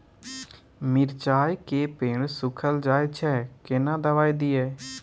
मिर्चाय के पेड़ सुखल जाय छै केना दवाई दियै?